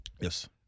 Yes